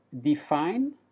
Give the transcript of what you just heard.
define